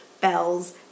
bells